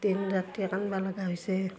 দিন ৰাতিয়ে কান্দিব লগা হৈছে